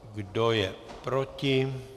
Kdo je proti?